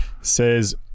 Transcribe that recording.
says